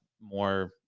more